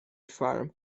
ffarm